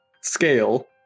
scale